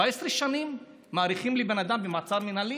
14 שנים מאריכים לבן אדם את המעצר המינהלי,